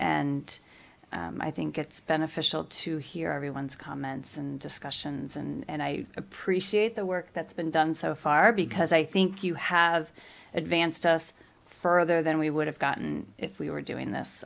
and i think it's beneficial to hear everyone's comments and discussions and i appreciate the work that's been done so far because i think you have advanced us further than we would have gotten if we were doing this